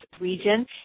region